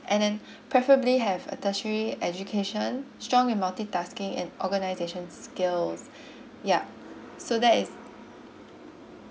and then preferably have a tertiary education strong in multitasking and organization skills yup so that is